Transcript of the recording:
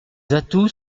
atouts